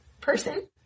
person